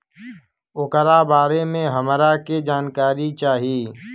ओकरा बारे मे हमरा के जानकारी चाही?